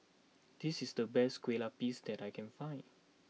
this is the best Kueh Lapis that I can find